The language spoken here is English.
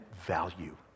value